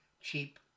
cheap